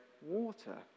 water